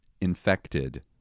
infected